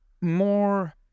more